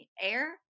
air